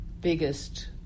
biggest